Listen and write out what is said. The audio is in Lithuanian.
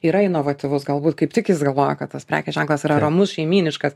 yra inovatyvus galbūt kaip tik jis galvoja kad tas prekės ženklas yra ramus šeimyniškas